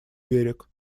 берег